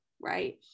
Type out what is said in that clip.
right